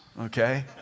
Okay